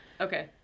Okay